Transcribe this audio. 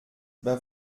ben